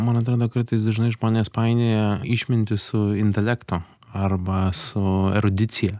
man atrodo kartais dažnai žmonės painioja išmintį su intelektu arba su erudicija